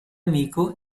amico